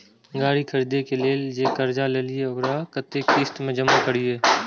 गाड़ी खरदे के लेल जे कर्जा लेलिए वकरा कतेक किस्त में जमा करिए?